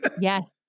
Yes